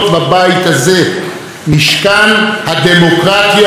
משכן הדמוקרטיה הישראלית.